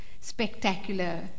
spectacular